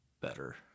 better